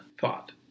thought